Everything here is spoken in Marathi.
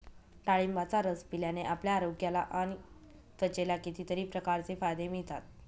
डाळिंबाचा रस पिल्याने आपल्या आरोग्याला आणि त्वचेला कितीतरी प्रकारचे फायदे मिळतात